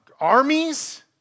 armies